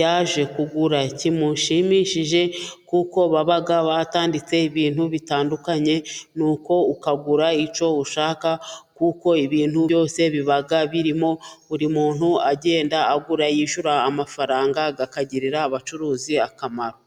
yaje kugura kimushimishije ,kuko baba batanditse ibintu bitandukanye nuko ukagura icyo ushaka kuko ibintu byose biba birimo buri muntu agenda agura yishyura amafaranga ,akagirira abacuruzi akamaro